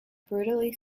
brutally